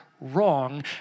wrong